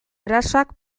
erasoak